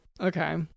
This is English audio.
Okay